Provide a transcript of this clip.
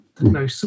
no